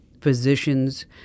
physicians